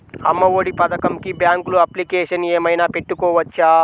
అమ్మ ఒడి పథకంకి బ్యాంకులో అప్లికేషన్ ఏమైనా పెట్టుకోవచ్చా?